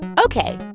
ok.